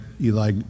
Eli